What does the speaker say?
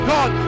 God